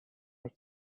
have